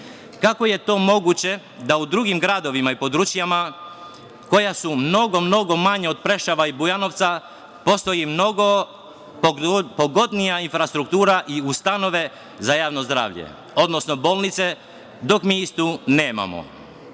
Kako je to moguće da u drugim gradovima i područjima koja su mnogo, mnogo manja od Preševa i Bujanovca postoji mnogo pogodnija infrastruktura i ustanove za javno zdravlje, odnosno bolnice, dok mi istu nemamo?